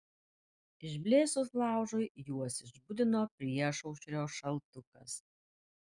išblėsus laužui juos išbudino priešaušrio šaltukas